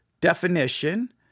definition